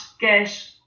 get